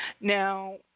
Now